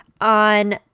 on